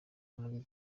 muri